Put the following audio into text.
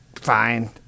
fine